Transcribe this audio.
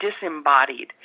disembodied